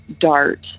dart